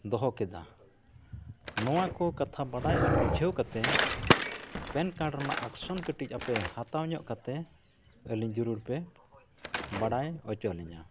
ᱫᱚᱦᱚ ᱠᱮᱫᱟ ᱱᱚᱣᱟ ᱠᱚ ᱠᱟᱛᱷᱟ ᱵᱟᱰᱟᱭ ᱟᱨ ᱵᱩᱡᱷᱟᱹᱣ ᱠᱟᱛᱮᱫ ᱯᱮᱱ ᱠᱟᱨᱰ ᱨᱮᱱᱟᱜ ᱮᱠᱥᱚᱱ ᱠᱟᱹᱴᱤᱡ ᱟᱯᱮ ᱦᱟᱛᱟᱣ ᱧᱚᱜ ᱠᱟᱛᱮᱫ ᱟᱹᱞᱤᱧ ᱡᱟᱹᱨᱩᱲ ᱯᱮ ᱵᱟᱲᱟᱭ ᱦᱚᱪᱚ ᱞᱤᱧᱟ